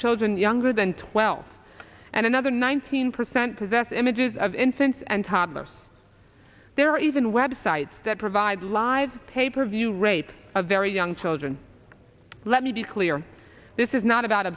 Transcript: children younger than twelve and another nineteen percent possess images of infants and toddlers there are even web sites that provide live pay per view rate of very young children let me be clear this is not about